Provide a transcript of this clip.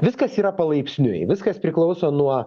viskas yra palaipsniui viskas priklauso nuo